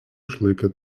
išlaikė